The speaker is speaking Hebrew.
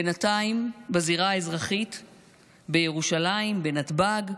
בינתיים, בזירה האזרחית בירושלים, בנתב"ג,